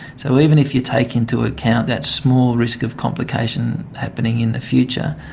so even if you take into account that small risk of complication happening in the future,